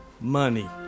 Money